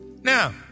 Now